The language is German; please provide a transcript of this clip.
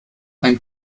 ein